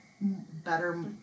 better